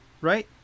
Right